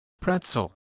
pretzel